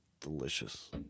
Delicious